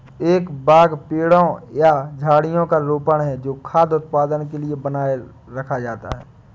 एक बाग पेड़ों या झाड़ियों का रोपण है जो खाद्य उत्पादन के लिए बनाए रखा जाता है